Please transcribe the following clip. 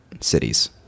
cities